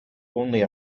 only